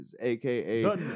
aka